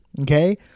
Okay